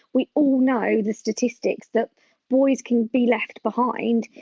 we all know the statistics that boys can be left behind,